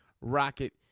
Rocket